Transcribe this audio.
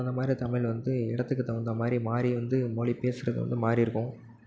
அந்த மாரி தமிழ்வந்து எடத்துக்கு தகுந்த மாரி மாறி வந்து மொழி பேசுகிறது வந்து மாறி இருக்கும்